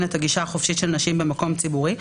את הגישה החופשית של נשים במקום ציבורי,